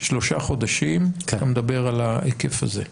שלושה חודשים, אתה מדבר על ההיקף הזה.